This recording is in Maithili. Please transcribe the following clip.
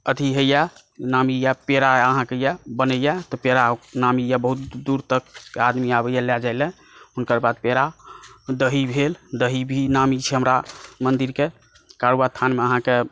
अथी होइए नामी होइए पेड़ा अहाँकेँ यऽ बनैए तऽ पेड़ा नामी बहुत दूर तक आदमी आबैए लए जाए लए हुनकर बाद पेड़ा दही भेल दही भी नामी छै हमरा मन्दिरके कारूबाबा स्थानकेँ